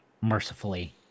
mercifully